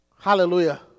Hallelujah